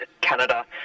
Canada